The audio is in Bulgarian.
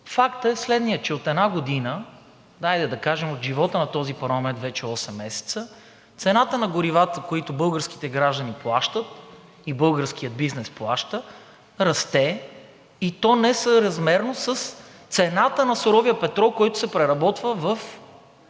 фактът е следният, че от една година, хайде да кажем от живота на този парламент, вече осем месеца, цената на горивата, която българските граждани плащат и българският бизнес плаща, расте, и то несъразмерно с цената на суровия петрол, който се преработва в Бургас